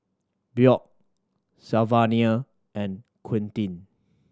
Bjorn Sylvania and Quentin